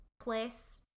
place